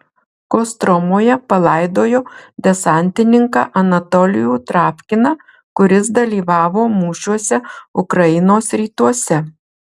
kostromoje palaidojo desantininką anatolijų travkiną kuris dalyvavo mūšiuose ukrainos rytuose